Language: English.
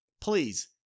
please